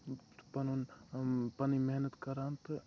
پَنُن پَنٕنۍ محنت کران تہٕ